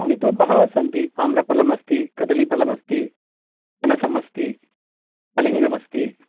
फलानि तु बहवः सन्ति आम्रफलम् अस्ति कदली फलम् अस्ति पनसम् अस्ति कलिङ्गमस्ति